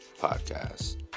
Podcast